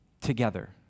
together